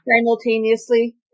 simultaneously